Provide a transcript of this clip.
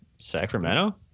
Sacramento